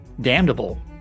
damnable